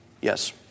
Yes